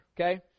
okay